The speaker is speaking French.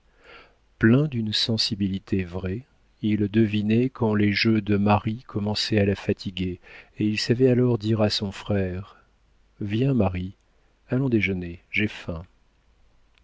plein d'une sensibilité vraie il devinait quand les jeux de marie commençaient à la fatiguer et il savait alors dire à son frère viens marie allons déjeuner j'ai faim